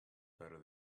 better